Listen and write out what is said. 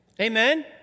Amen